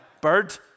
bird